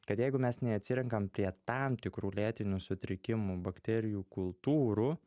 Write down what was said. kad jeigu mes neatsirenkam prie tam tikrų lėtinių sutrikimų bakterijų kultūrų